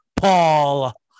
Paul